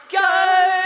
Go